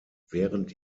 während